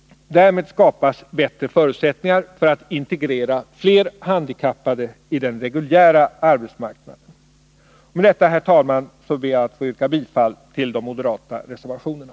Därmed skapas bättre förutsättningar för att integrera fler handikappade i den reguljära arbetsmarknaden. Med detta, herr talman, ber jag att få yrka bifall till de moderata reservationerna.